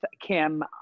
Kim